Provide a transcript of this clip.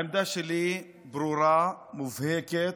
העמדה שלי ברורה, מובהקת,